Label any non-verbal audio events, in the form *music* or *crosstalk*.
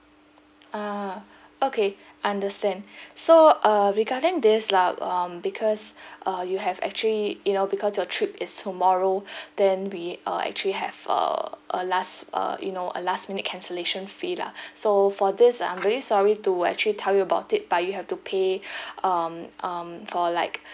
ah okay understand so uh regarding this lah um because *breath* uh you have actually you know because your trip is tomorrow *breath* then we uh actually have a a last uh you know a last minute cancellation fee lah *breath* so for this I'm very sorry to actually tell you about it but you have to pay *breath* um um for like